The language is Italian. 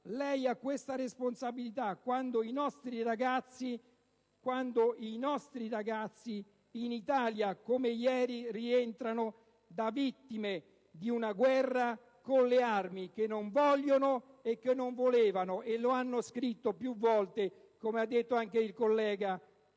Lei ha questa responsabilità quando i nostri ragazzi rientrano in Italia, come ieri, da vittime di una guerra con le armi che non vogliono e che non volevano. Lo hanno scritto più volte - come ha ricordato anche un collega